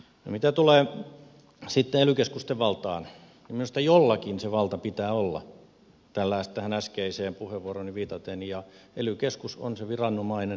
mitä tulee sitten ely keskusten valtaan niin minusta jollakin sen vallan pitää olla tähän äskeiseen puheenvuoroon viitaten ja ely keskus on se viranomainen